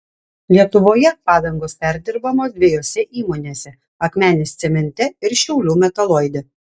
lietuvoje padangos perdirbamos dviejose įmonėse akmenės cemente ir šiaulių metaloide